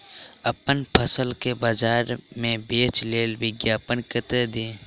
अप्पन फसल केँ बजार मे बेच लेल विज्ञापन कतह दी?